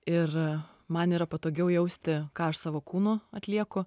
ir man yra patogiau jausti ką aš savo kūnu atlieku